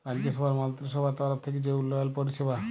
রাজ্যসভার মলত্রিসভার তরফ থ্যাইকে যে উল্ল্যয়ল পরিষেবা